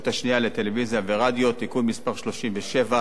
השנייה לטלוויזיה ורדיו (תיקון מס' 37)